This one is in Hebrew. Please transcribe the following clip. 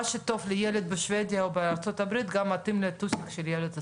מה שטוב לילד בשבדיה או בארה"ב גם מתאים לטוסיק של ילד ישראלי,